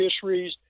fisheries